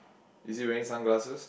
is he wearing sunglasses